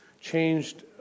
changed